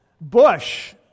bush